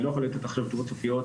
אני לא יכול לתת עכשיו תשובות סופיות,